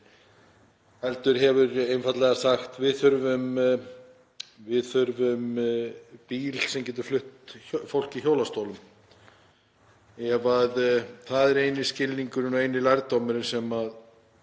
heldur einfaldlega sagt: Við þurfum bíl sem getur flutt fólk í hjólastólum. Ef það er eini skilningurinn og eini lærdómurinn sem